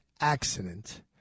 accident